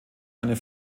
einen